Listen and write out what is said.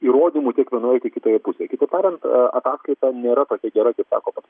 įrodymų tiek vienoje tiek kitoje pusėje kitaip tariant ataskaita nėra tokia gera kaip sako pats